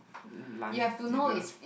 lunch dinner